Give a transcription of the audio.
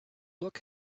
look